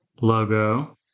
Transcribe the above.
logo